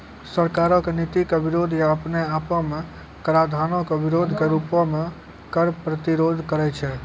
सरकारो के नीति के विरोध या अपने आपो मे कराधानो के विरोधो के रूपो मे कर प्रतिरोध करै छै